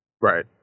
right